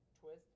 twist